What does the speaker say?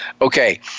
Okay